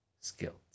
skills